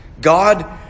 God